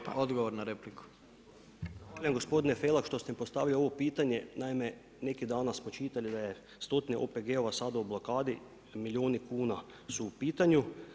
Zahvaljujem gospodine Felak, što ste mi postavili ovo pitanje, naime, nekih dana smo čitali, da je 100-tinu OPG-ova sada u blokadi, milijuni kuna su u pitanju.